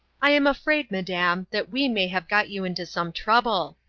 i am afraid, madam, that we may have got you into some trouble,